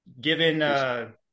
given